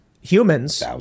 humans